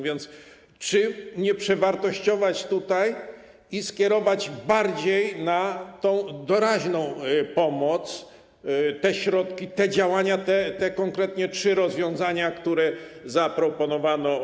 Więc chodzi o to, czy nie przewartościować tego i skierować bardziej na tę doraźną pomoc te środki, te działania, te konkretne trzy rozwiązania, które zaproponowano.